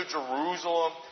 Jerusalem